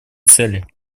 цели